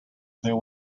there